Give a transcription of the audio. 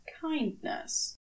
kindness